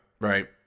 Right